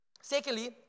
Secondly